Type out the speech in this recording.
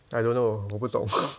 I don't know 我不懂